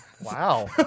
Wow